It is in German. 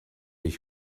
ich